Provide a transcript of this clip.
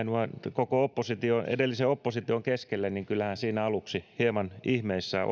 koko edellisen opposition keskelle niin kyllähän siinä aluksi hieman ihmeissämme